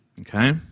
Okay